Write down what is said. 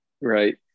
Right